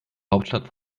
hauptstadt